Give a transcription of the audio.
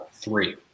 Three